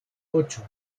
ocho